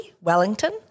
Wellington